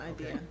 idea